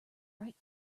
right